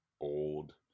old